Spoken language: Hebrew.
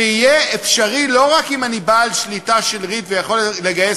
שיהיה אפשרי שלא רק אם אני בעל שליטה של ריט ויכול לגייס